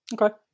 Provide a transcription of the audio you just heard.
Okay